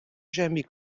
jamais